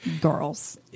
girls